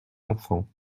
enfants